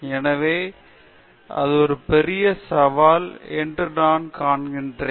எனவே அது ஒரு பெரிய சவால் என்று நான் காண்கிறேன்